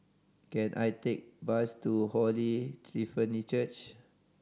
can I take bus to Holy Trinity Church